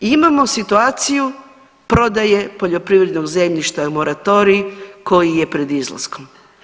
I imamo situaciju prodaje poljoprivrednog zemljišta, moratorij koji je pred izlaskom.